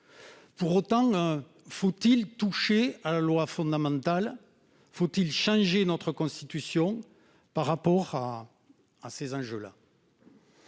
Pour autant, faut-il toucher à la loi fondamentale ? Faut-il changer notre Constitution en fonction de ces enjeux ?